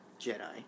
Jedi